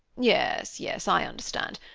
yes, yes. i understand.